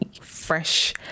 fresh